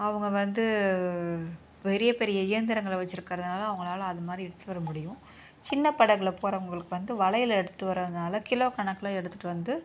அவங்க வந்து பெரிய பெரிய இயந்திரங்களை வச்சு இருக்கிறதுனால அவங்களால அதுமாதிரி எடுத்துகிட்டு வர முடியும் சின்ன படகில் போகிறவங்களுக்கு வந்து வலையில் எடுத்துகிட்டு வர்றதுனால் கிலோ கணக்கில் எடுத்துகிட்டு வந்து